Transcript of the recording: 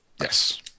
Yes